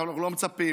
אנחנו לא מצפים,